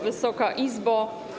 Wysoka Izbo!